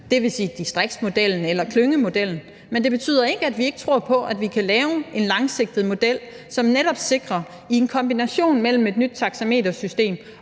dvs. distriktsmodellen eller klyngemodellen. Men det betyder ikke, at vi ikke tror på, at man kan lave en langsigtet model, som netop sikrer – i en kombination mellem et nyt taxametersystem